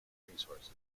resources